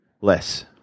Less